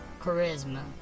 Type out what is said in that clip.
charisma